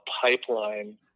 pipeline